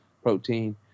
protein